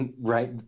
right